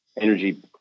energy